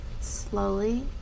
slowly